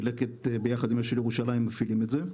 כי לקט ביחד עם אשל ירושלים מפעילים את זה.